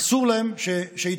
אסור להם שיתקיימו.